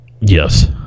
Yes